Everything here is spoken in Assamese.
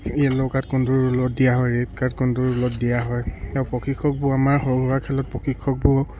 য়েল' কাৰ্ড কোনটো ৰুলত দিয়া হয় ৰেড কাৰ্ড কোনটো ৰুলত দিয়া হয় আৰু প্ৰশিক্ষকবোৰ আমাৰ সৰু সুৰা খেলত প্ৰশিক্ষকবোৰ